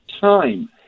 time